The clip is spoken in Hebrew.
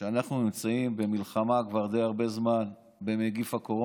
שאנחנו נמצאים במלחמה בנגיף הקורונה